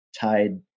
tied